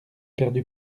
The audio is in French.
perdu